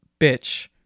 bitch